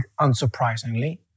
unsurprisingly